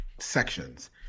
sections